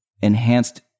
enhanced